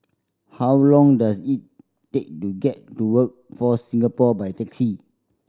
how long does it take to get to Workforce Singapore by taxi